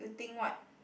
you think what